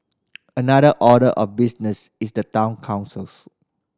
another order of business is the town councils